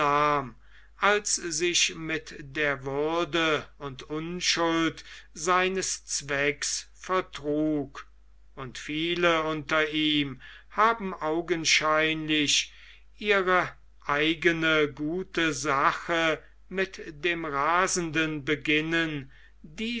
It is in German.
als sich mit der würde und unschuld seines zwecks vertrug und viele unter ihm haben augenscheinlich ihre eigene gute sache mit dem rasenden beginnen